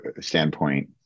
standpoint